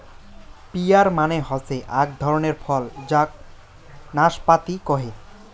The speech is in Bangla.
পিয়ার মানে হসে আক ধরণের ফল যাক নাসপাতি কহে